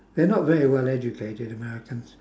they're not very well educated americans